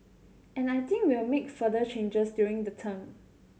and I think we will make further changes during the term